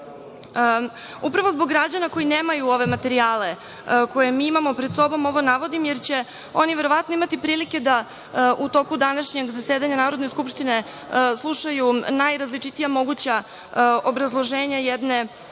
zbog građana koji nemaju ove materijale, a koje mi imamo pred sobom, ovo navodim, jer će oni verovatno, imati prilike da u toku današnjeg zasedanja Narodne skupštine slušaju najrazličitija obrazloženja jedne